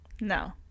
No